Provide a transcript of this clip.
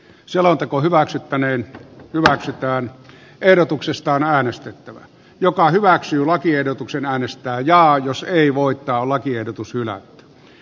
selonteko hyväksyttäneen hyväksytään ehdotuksesta äänestettävä joka hyväksyy lakiehdotuksen äänestää jaa jos ei voittaa on lakiehdotus hylätty